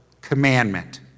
commandment